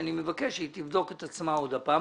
אני מבקש ממנה לבדוק את עצמה עוד פעם,